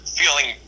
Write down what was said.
feeling